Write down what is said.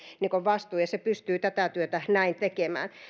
vastuu ja se pystyy tätä työtä näin tekemään